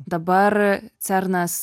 dabar cernas